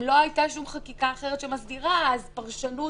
אם לא הייתה שום חקיקה אחרת שמסדירה אז פרשנות